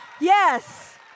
Yes